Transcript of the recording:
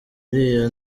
iriya